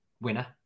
winner